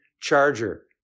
charger